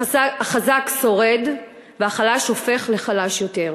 החזק שורד, והחלש הופך לחלש יותר.